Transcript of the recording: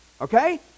okay